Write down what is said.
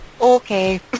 Okay